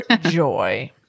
joy